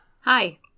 Hi